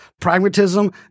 Pragmatism